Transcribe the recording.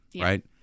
right